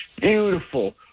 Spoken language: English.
Beautiful